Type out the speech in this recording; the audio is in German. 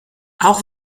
auch